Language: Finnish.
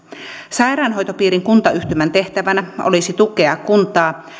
sairaanhoitopiirin kuntayhtymän tehtävänä olisi tukea kuntaa